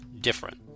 different